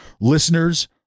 listeners